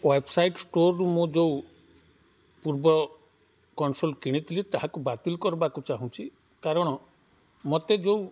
website ଷ୍ଟୋର୍ରୁ ମୁଁ ଯେଉଁ ପୂର୍ବ କନସୋଲ୍ କିଣିଥିଲି ତାହାକୁ ବାତିଲ କରିବାକୁ ଚାହୁଁଛି କାରଣ ମୋତେ ଯେଉଁ